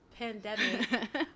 pandemic